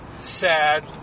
sad